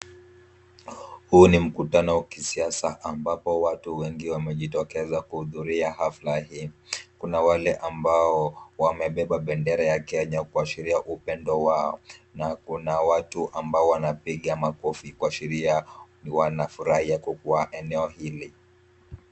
Huu ni mktano wa kisiasa ambapo watu wengi wamejitokeza kuhudhuria hafla hii. Kuna wale ambao wamebeba bendera ya Kenya kuashiria upendo wao na kuna watu ambao wanapiga makofi kuashiria wanafurahia kukua eneo hili.